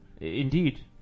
Indeed